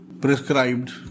prescribed